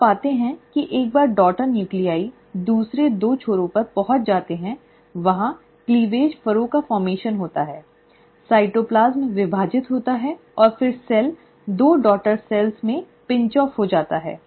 आप पाते हैं कि एक बार डॉटर नूक्लीआइ दूसरे दो छोरों पर पहुँच जाते हैं वहाँ क्लीवेज फरो का गठन होता है साइटोप्लाज्म विभाजित होता है और फिर कोशिका दो डॉटर सेल्स में बंद हो जाती है